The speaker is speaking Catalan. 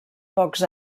pocs